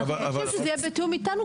אנחנו מבקשים שזה יהיה בתיאום איתנו,